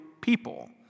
people